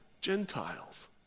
Gentiles